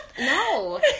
No